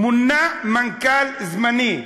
מונה מנכ"ל זמני,